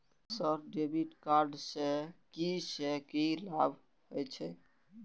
Sir debit card से की से की लाभ हे छे?